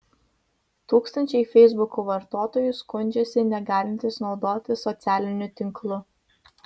tūkstančiai feisbuko vartotojų skundžiasi negalintys naudotis socialiniu tinklu